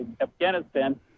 Afghanistan